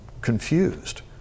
confused